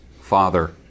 father